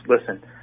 listen